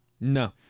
No